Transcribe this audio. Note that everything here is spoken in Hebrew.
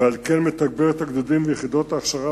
ועל כן מתגבר את הגדודים ואת יחידות ההכשרה